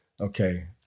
okay